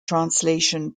translation